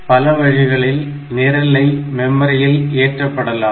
பல வழிகளில் நிரலை மெமரியில் ஏற்றப்படலாம்